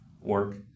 work